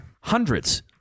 Hundreds